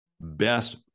best